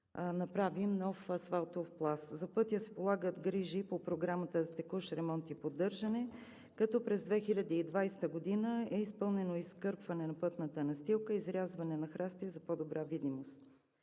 направим нов асфалтов пласт. За пътя се полагат грижи по Програмата за текущ ремонт и поддържане, като през 2020 г. е изпълнено изкърпването на пътната настилка, изрязването на храстите за по-добра видимост.